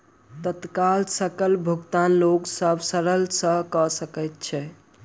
तत्काल सकल भुगतान लोक सभ सरलता सॅ कअ सकैत अछि